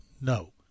no